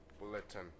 bulletin